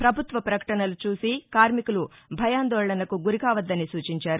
పభుత్వ పకటసలు చూసి కార్మికులు భయాందోళనకు గురికావద్దని సూచించారు